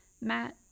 Matt